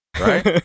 right